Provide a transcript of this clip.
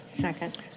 Second